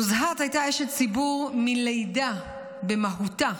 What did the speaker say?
נוזהת הייתה אשת ציבור מלידה במהותה.